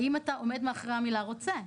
האם אתה עומד מאחורי המילה רוצה?